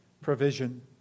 provision